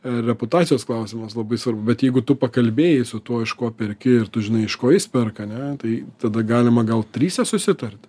reputacijos klausimas labai svarbu bet jeigu tu pakalbėjai su tuo iš ko perki ir tu žinai iš ko jis perka ane tai tada galima gal trise susitarti